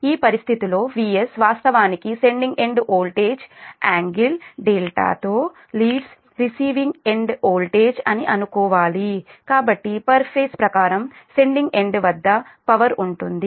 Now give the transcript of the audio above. ఈ పరిస్థితి లో VS వాస్తవానికి సెండింగ్ ఎండ్ వోల్టేజ్ యాంగిల్ δతో లీడ్స్ రిసీవింగ్ ఎండ్ వోల్టేజ్ అని అనుకోవాలి కాబట్టి పర్ ఫేజ్ ప్రకారం సెండింగ్ ఎండ్ వద్ద పవర్ ఉంటుంది